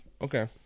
Okay